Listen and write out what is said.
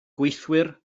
gweithwyr